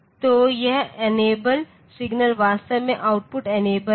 तो यह enable signal वास्तव में आउटपुट इनेबल है